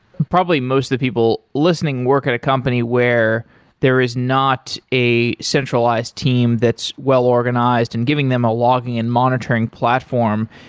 probably most of the people listening work at a company where there is not a centralized team that's well-organized and giving them a logging and monitoring platform.